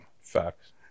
Facts